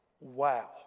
Wow